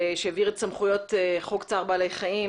שהעביר את סמכויות חוק צער בעלי חיים,